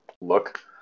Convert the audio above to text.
look